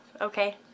okay